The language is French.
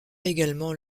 également